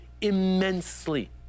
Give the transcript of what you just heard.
immensely